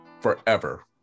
forever